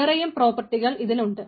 വേറെയും പ്രോപ്പർട്ടികൾ ഇതിന് ഉണ്ട്